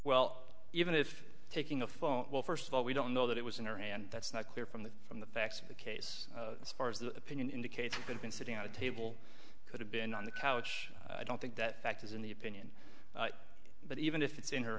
well even if taking a phone well first of all we don't know that it was in her hand that's not clear from the from the facts of the case as far as the opinion indicates he could've been sitting at a table could have been on the couch i don't think that fact is in the opinion but even if it's in her